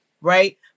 right